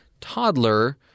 toddler